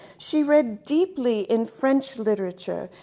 she read deeply in french literature.